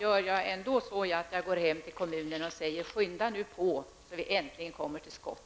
Fru talman! Jag åker då hem till kommunen och säger att den skall skynda på så att vi äntligen kommer till skott.